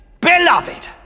Beloved